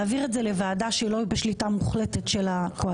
להעביר את זה לוועדה שהיא לא בשליטה מוחלטת של הקואליציה,